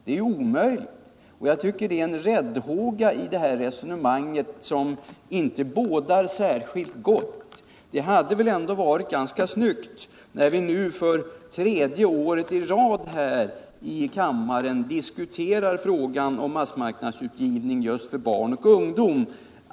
Det är omöjligt. Det finns en räddhåga i det här resonemanget som inte bådar särskilt gott. Det hade väl ändå varit ganska snyggt, när vi nu för tredje året i rad här i kammaren diskuterar frågan om massmarknadsutgivning för barn och ungdom.